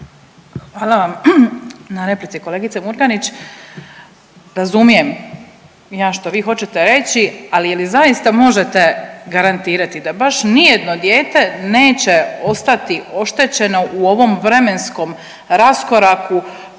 Hvala vam na replici kolegice Murganić. Razumijem ja što vi hoćete reći, ali je li zaista može garantirati da baš nijedno dijete neće ostati oštećeno u ovom vremenskom raskoraku koliki